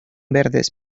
verdes